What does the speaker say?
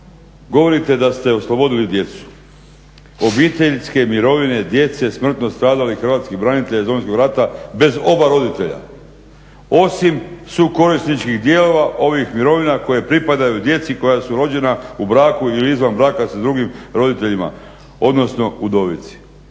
Govorite da ste oslobodili djecu, obiteljske mirovine djece smrtno stradalih hrvatskih branitelja iz Domovinskog rata bez oba roditelja osim sukorisničkih dijelova ovih mirovina koja pripadaju djeci koja su rođena u braku ili izvan braka sa drugim roditeljima odnosno udovici.